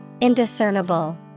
Indiscernible